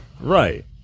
Right